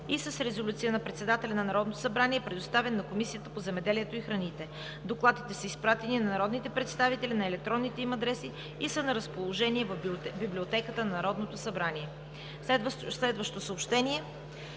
и с резолюция на председателя на Народното събрание е предоставен на Комисията по земеделието и храните. Докладите са изпратени на народните представители на електронните им адреси и са на разположение в Библиотеката на Народното събрание. - На 3 януари